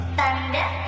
Thunder